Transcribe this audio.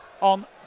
On